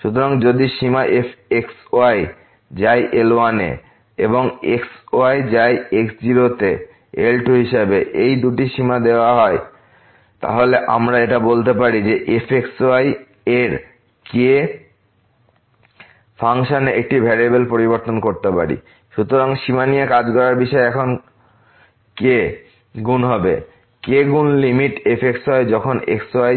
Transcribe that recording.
সুতরাং যদি সীমা f x y যায় L1 এ এবং x y যায় x0তে L2হিসাবে এই দুটি সীমা দেওয়া হয় তাহলে আমরা এটা বলতে পারি যে fx y এর k গুণ হবে k গুণ লিমিট fx y যখন x y